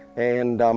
and